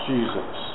Jesus